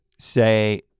Say